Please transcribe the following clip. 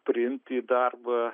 priimti į darbą